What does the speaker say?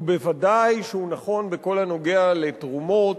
ובוודאי שהוא נכון בכל הנוגע לתרומות,